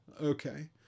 Okay